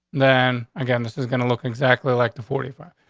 then again, this is gonna look exactly like the forty five.